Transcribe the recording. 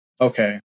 okay